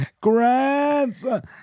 grandson